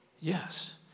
yes